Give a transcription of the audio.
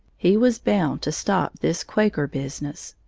he was bound to stop this quaker business.